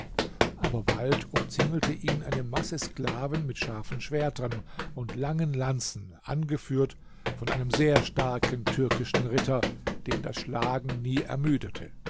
aber bald umzingelte ihn eine masse sklaven mit scharfen schwertern und langen lanzen angeführt von einem sehr starken türkischen ritter den das schlagen nie ermüdete